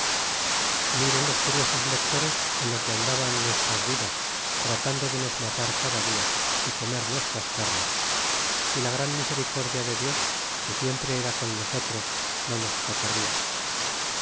miren los curiosos lectores en lo que andaban nuestras vidas tratando de nos matar cada dia y comer nuestras carnes si la gran misericordia de dios que siempre era con nosotros no nos socorria